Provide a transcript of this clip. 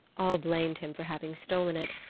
all blamed him for having stolen it,